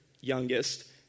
youngest